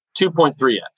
2.3x